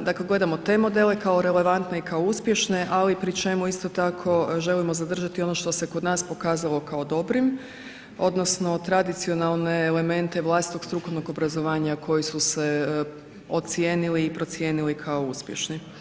dakle gledamo te modele kao relevantne i kao uspješne, ali pri čemu isto tako želimo zadržati ono što se kod nas pokazalo kao dobrim odnosno tradicionalne elemente vlastitog strukovnog obrazovanja koji su se ocijenili i procijenili kao uspješni.